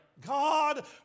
God